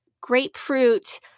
grapefruit